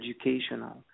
educational